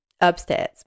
upstairs